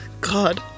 God